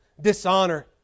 dishonor